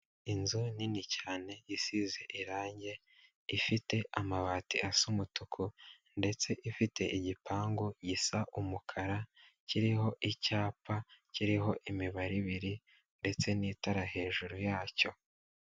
Inzu nini cyane isize irange rifite amabati asa umutuku ndetse ifite igipangu gisa umukara kiriho icyapa kiriho imibare ibiri ndetse n'itara hejuru yacyo.